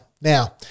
Now